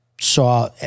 saw